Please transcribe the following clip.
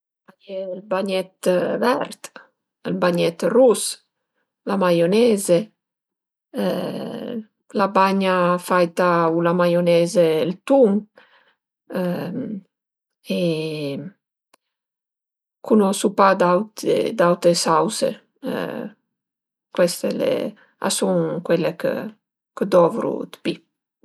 A ie ël bagnèt vert, ël bagnèt rus, la maioneze, la bagna faita u la maioneze e ël tun cunosu pad d'aut d'aute sause cueste a sun cuelle chë dovru 'd pi